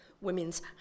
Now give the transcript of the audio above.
women's